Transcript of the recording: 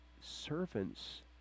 servants